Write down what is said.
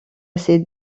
ces